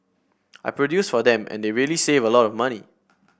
I produce for them and they really save a lot of money